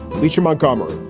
but lisa montgomery.